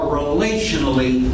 relationally